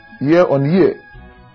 year-on-year